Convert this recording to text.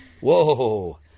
whoa